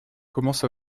commence